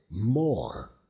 more